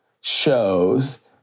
shows